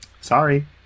Sorry